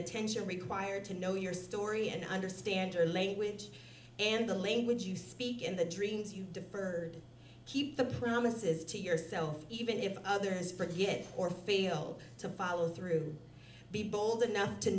attention required to know your story and understand your language and the language you speak and the dreams you the bird keep the promises to yourself even if others forget or fail to follow through be bold enough to